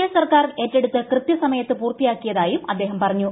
A സർക്കാർ ഏറ്റെടുത്ത് കൃത്യസമയത്ത് പൂർത്തിയാക്കിയെന്നും അദ്ദേഹം പറഞ്ഞു